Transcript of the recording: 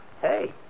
Hey